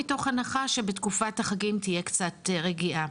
מתוך הנחה שבתקופת החגים תהיה קצת רגיעה.